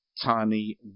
Tiny